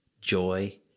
joy